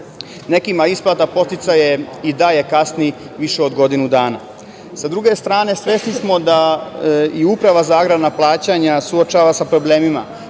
Nekima isplata podsticaja i dalje kasni više od godinu dana. Sa druge strane, svesni smo i da se Uprava za agrarna plaćanja suočava sa problemima.